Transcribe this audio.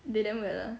they damn weird lah